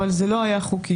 אבל זה לא היה חוקי.